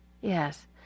yes